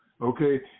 okay